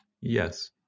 Yes